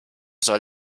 soll